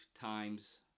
times